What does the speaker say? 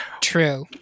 True